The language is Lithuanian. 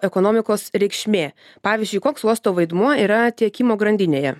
ekonomikos reikšmė pavyzdžiui koks uosto vaidmuo yra tiekimo grandinėje